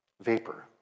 vapor